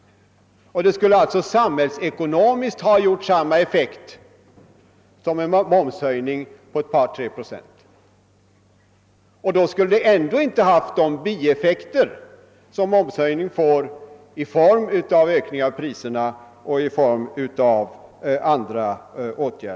Detta skulle samhällsekonomiskt haft samma effekt som en momshöjning på ett par tre procent. Och då skulle vi ändå ha sluppit de bieffekter som momshöjningen får i form av ökade priser och annat.